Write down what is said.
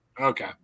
Okay